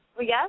Yes